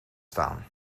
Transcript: staan